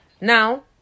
Now